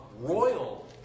royal